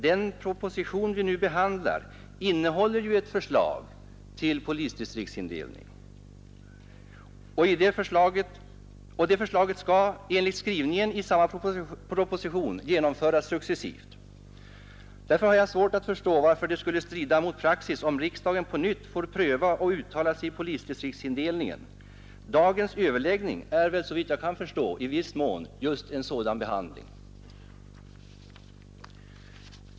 Den proposition vi nu behandlar innehåller ju ett förslag till polisdistriktsindelning. Och det förslaget skall enligt skrivningen i samma proposition genomföras successivt. Därför har jag svårt att förstå varför det skulle strida mot praxis, om riksdagen på nytt får pröva och uttala sig i fråga om polisdistriktsindelningen. Dagens överläggning är väl, såvitt jag kan förstå, i viss mån just en sådan behandling.